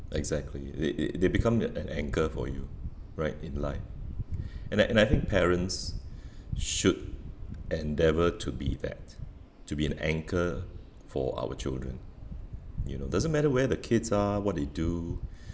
exactly they they they become like an anchor for you right in life and I and I think parents should endeavour to be that to be an anchor for our children you know doesn't matter where the kids are what they do